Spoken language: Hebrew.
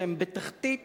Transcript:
שהם בתחתית